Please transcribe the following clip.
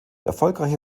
erfolgreiche